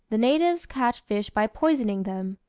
the natives catch fish by poisoning them.